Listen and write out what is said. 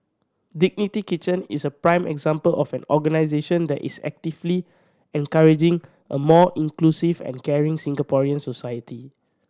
Dignity Kitchen is a prime example of an organisation that is actively encouraging a more inclusive and caring Singaporean society